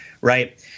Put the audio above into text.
right